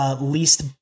Least